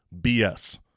BS